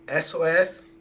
SOS